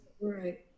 Right